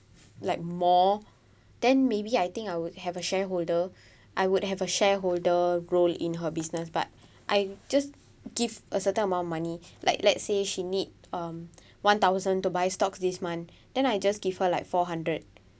like more then maybe I think I would have a shareholder I would have a shareholder role in her business but I just give a certain amount of money like let say she need um one thousand to buy stocks this month then I just give her like four hundred